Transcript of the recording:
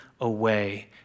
away